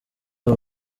aba